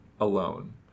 alone